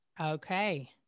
Okay